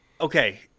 Okay